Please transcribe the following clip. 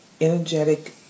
energetic